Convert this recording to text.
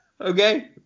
Okay